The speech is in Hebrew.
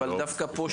אבל דווקא פה,